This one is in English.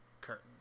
curtain